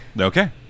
Okay